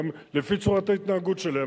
גם לפי צורת ההתנהגות שלהם.